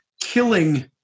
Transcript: killing